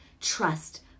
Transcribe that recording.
Trust